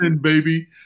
baby